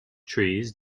trees